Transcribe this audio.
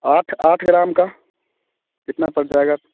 आठ आठ ग्राम का कितना पड़ जाएगा